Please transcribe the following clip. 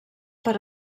per